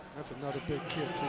that's another big kid.